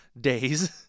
Days